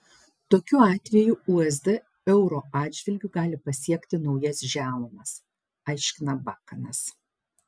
tokiu atveju usd euro atžvilgiu gali pasiekti naujas žemumas aiškina bakanas